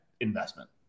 investment